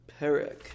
Perek